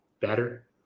better